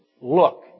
look